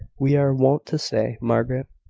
we are wont to say, margaret,